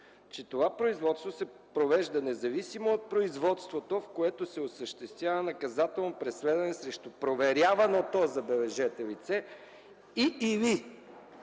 че това производство се провежда независимо от производството, в което се осъществява наказателно преследване срещу проверяваното, забележете, лице и/или